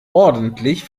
ordentlich